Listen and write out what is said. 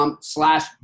slash